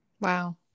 wow